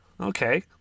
okay